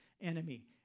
enemy